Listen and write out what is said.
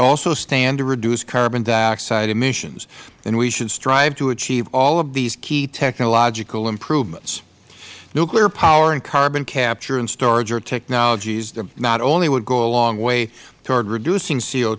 also stand to reduce carbon dioxide emissions and we should strive to achieve all of these key technological improvements nuclear power and carbon capture and storage are technologies that not only would go a long way toward reducing c